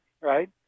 right